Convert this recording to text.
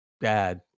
bad